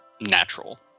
natural